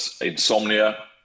insomnia